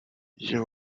you